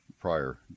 prior